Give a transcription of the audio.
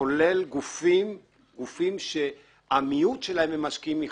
כולל גופים שהמיעוט שלהם הם משקיעים מחו"ל.